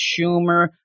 Schumer